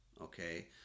Okay